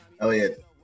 Elliot